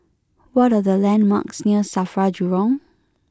what are the landmarks near Safra Jurong